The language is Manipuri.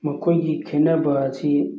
ꯃꯈꯣꯏꯒꯤ ꯈꯦꯅꯕ ꯑꯁꯤ